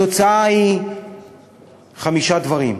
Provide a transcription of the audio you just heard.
התוצאה היא חמישה דברים,